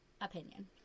opinion